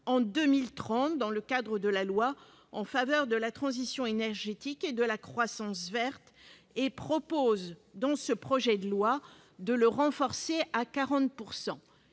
en 2030 dans le cadre de la loi relative à la transition énergétique pour la croissance verte et propose dans ce projet de loi de le renforcer, en